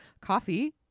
coffee